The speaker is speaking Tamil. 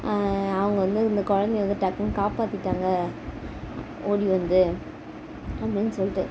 அவங்க வந்து இந்த குழந்தைய வந்து டக்குனு காப்பாற்றிட்டாங்க ஓடி வந்து அப்படின் சொல்லிட்டு